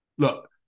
Look